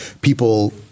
people